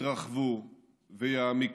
יתרחבו ויעמיקו.